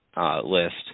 list